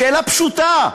שאלה פשוטה,